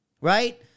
Right